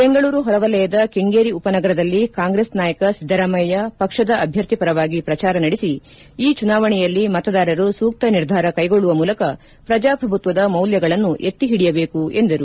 ಬೆಂಗಳೂರು ಹೊರವಲಯದ ಕೆಂಗೇರಿ ಉಪನಗರದಲ್ಲಿ ಕಾಂಗ್ರೆಸ್ ನಾಯಕ ಸಿದ್ದರಾಮಯ್ತ ಪಕ್ಷದ ಅಧ್ಯರ್ಥಿ ಪರವಾಗಿ ಪ್ರಜಾರ ನಡೆಸಿ ಈ ಚುನಾವಣೆಯಲ್ಲಿ ಮತದಾರರು ಸೂಕ್ತ ನಿರ್ಧಾರ ಕೈಗೊಳ್ಳುವ ಮೂಲಕ ಪ್ರಜಾಪ್ರಭುತ್ವದ ಮೌಲ್ಯಗಳನ್ನು ಎತ್ತಿ ಹಿಡಿಯಬೇಕು ಎಂದರು